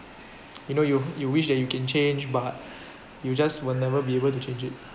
you know you you wish that you can change but you just will never be able to change it